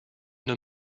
une